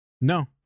No